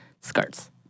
skirts